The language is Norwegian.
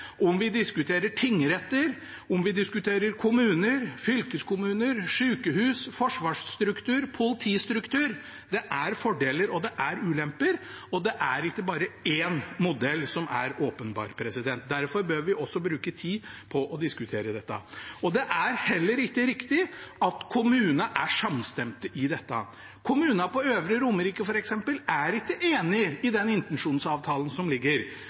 vi diskuterer tingretter, kommuner, fylkeskommuner, sykehus, forsvarsstruktur eller politistruktur. Det er fordeler og det er ulemper, og det er ikke bare én modell som er åpenbar. Derfor bør vi også bruke tid på å diskutere dette. Det er heller ikke riktig at kommunene er samstemte i dette. Kommunene på Øvre Romerike er ikke enig i den intensjonsavtalen som